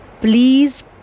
please